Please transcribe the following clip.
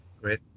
Great